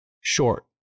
short